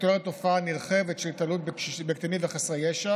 מתוארת תופעה נרחבת של התעללות בקטינים וחסרי ישע